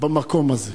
במקום הזה.